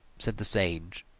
said the sage.